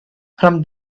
from